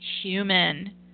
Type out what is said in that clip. human